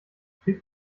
krieg